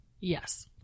Yes